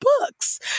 books